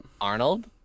Arnold